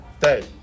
day